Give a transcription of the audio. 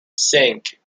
cinq